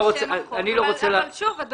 לא דובר עד כה על